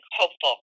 hopeful